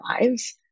lives